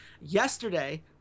Yesterday